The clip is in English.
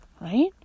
right